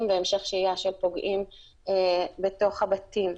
והמשך שהייה של פוגעים בתוך הבתים.